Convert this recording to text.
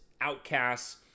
outcasts